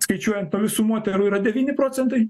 skaičiuojant nuo visų moterų yra devyni procentai